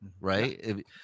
right